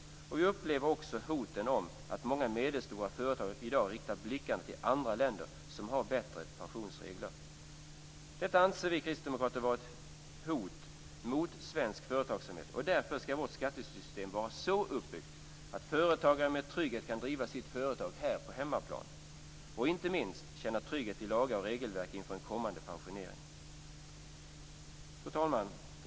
Vi upplever också hoten om att många medelstora företag riktar blickarna till andra länder som har bättre pensionsregler. Detta anser vi kristdemokrater vara ett hot mot svensk företagsamhet. Därför skall vårt skattesystem vara så uppbyggt att företagare med trygghet kan driva sitt företag här på hemmaplan och inte minst känna trygghet i lagar och regelverk inför kommande pensionering. Fru talman!